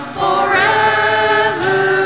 forever